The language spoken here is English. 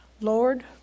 Lord